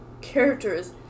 characters